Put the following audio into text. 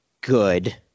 good